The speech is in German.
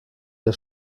der